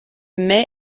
mai